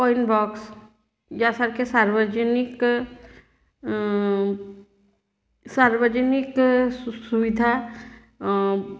coin box यासारख्या सार्वजनिक सार्वजनिक सुखसुविधा